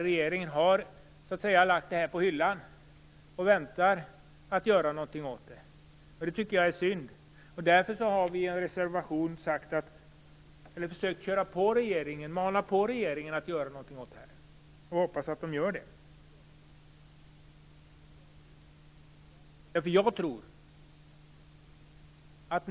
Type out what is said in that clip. Regeringen har lagt frågan på hyllan och väntar med att göra något åt den. Det är synd. Vi har i en reservation försökt mana på regeringen. Vi hoppas att regeringen gör någonting.